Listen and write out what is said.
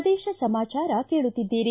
ಪ್ರದೇಶ ಸಮಾಚಾರ ಕೇಳುತ್ತಿದ್ದೀರಿ